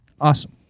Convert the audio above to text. Awesome